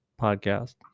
Podcast